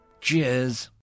Cheers